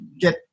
get